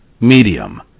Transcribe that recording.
medium